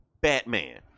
Batman